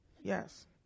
Yes